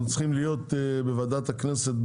אנחנו צריכים להיות בוועדת הכנסת,